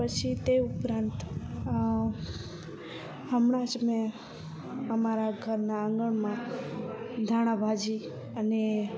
પછી તે ઉપરાંત હમણાં જ મેં અમારા ઘરનાં આંગણમાં ધાણાભાજી અને